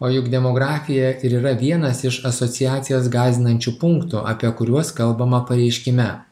o juk demografija ir yra vienas iš asociacijas gąsdinančių punktų apie kuriuos kalbama pareiškime